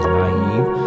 naive